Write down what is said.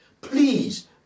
Please